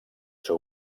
seu